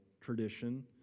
tradition